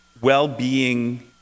well-being